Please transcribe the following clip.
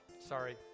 Sorry